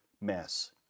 mess